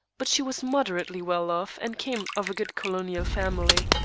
but she was moderately well off and came of a good colonial family.